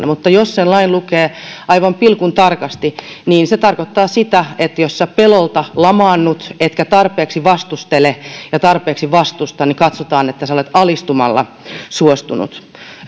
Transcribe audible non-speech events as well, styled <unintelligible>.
<unintelligible> mutta jos sen lain lukee aivan pilkuntarkasti niin se tarkoittaa sitä että jos sinä pelolta lamaannut etkä tarpeeksi vastustele ja tarpeeksi vastusta niin katsotaan että sinä olet alistumalla suostunut